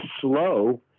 slow